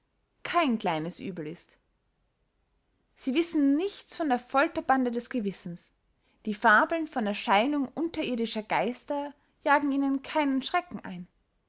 kein kleines uebel ist sie wissen nichts von der folterbande des gewissens die fabeln von erscheinung unterirdischer geister jagen ihnen keinen schrecken ein